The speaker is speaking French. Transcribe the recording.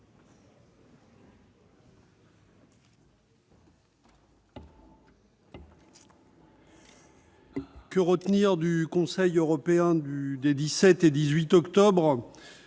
Que retenir du Conseil européen des 17 et 18 octobre ?